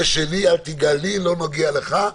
זה שלי, אל תיגע לי, לא נוגע לך.